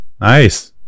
nice